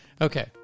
okay